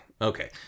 okay